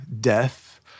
death